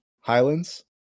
Highlands